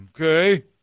Okay